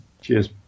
Cheers